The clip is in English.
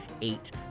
eight